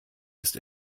ist